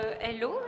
Hello